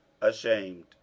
ashamed